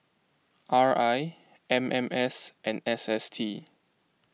R I M M S and S S T